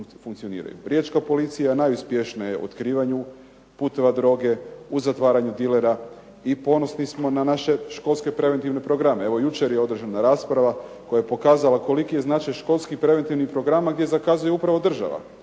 Riječka policija je najuspješnija u otkrivanju puteva droge, u zatvaranju dilera i ponosni smo na naše školske preventivne programe. Evo jučer je održana rasprava koja je pokazala koliki je značaj školskih preventivnih programa gdje zakazuje upravo država.